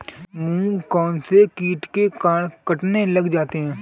मूंग कौनसे कीट के कारण कटने लग जाते हैं?